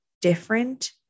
different